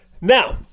now